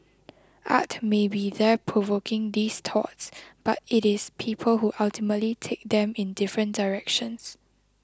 art may be there provoking these thoughts but it is people who ultimately take them in different directions